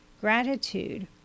Gratitude